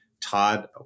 Todd